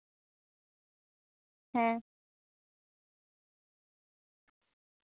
ᱦᱮᱸ